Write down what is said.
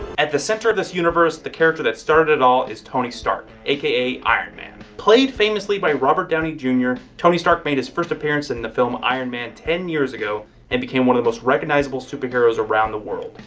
at the center of this universe, the character that started it all, is tony stark, aka iron man. played famously by robert downey jr, tony stark made his first appearance in the film iron man ten years ago and became one of the most recognizable superhero's around the world.